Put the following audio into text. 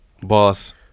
boss